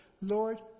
Lord